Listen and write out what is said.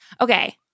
Okay